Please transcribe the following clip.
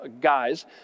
guys